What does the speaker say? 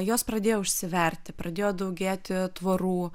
jos pradėjo užsiverti pradėjo daugėti tvorų